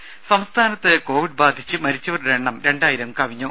രുര സംസ്ഥാനത്ത് കോവിഡ് ബാധിച്ച് മരിച്ചവരുടെ എണ്ണം രണ്ടായിരം കവിഞ്ഞു